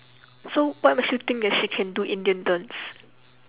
so what makes you think that she can do indian dance